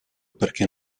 perché